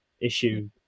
issue